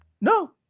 No